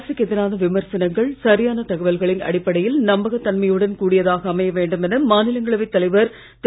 அரசுக்கு எதிரான விமர்சனங்கள் சரியான தகவல்களின் அடிப்படையில் நம்பகத் தன்மையுடன் கூடியதாக அமைய வேண்டும் என மாநிலங்களவை தலைவர் திரு